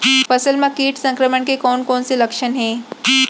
फसल म किट संक्रमण के कोन कोन से लक्षण हे?